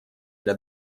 для